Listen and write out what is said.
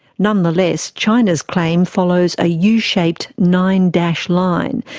nonetheless, china's claim follows a yeah u-shaped nine dash line,